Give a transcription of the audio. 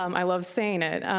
um i love saying it.